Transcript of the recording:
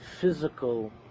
physical